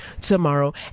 tomorrow